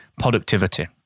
productivity